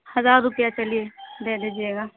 ہزار روپیہ چلیے دے دیجیے گا